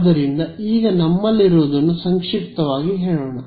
ಆದ್ದರಿಂದ ಈಗ ನಮ್ಮಲ್ಲಿರುವದನ್ನು ಸಂಕ್ಷಿಪ್ತವಾಗಿ ಹೇಳೋಣ